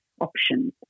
options